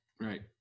right